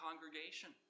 congregation